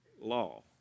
law